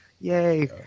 Yay